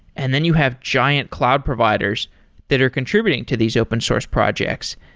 and then you have giant cloud providers that are contributing to these open source projects.